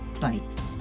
bites